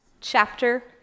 Chapter